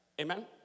Amen